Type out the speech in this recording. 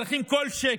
צריכים כל שקל.